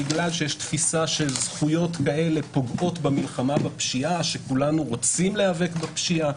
תפיסה של זכויות פוגעות במלחמה בפשיעה שכולנו רוצים להיאבק בפשיעה.